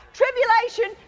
tribulation